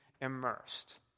immersed